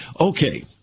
Okay